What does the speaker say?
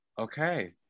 okay